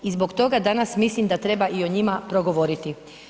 I zbog toga danas mislim da treba i o njima progovoriti.